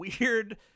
weird